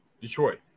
Detroit